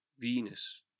Venus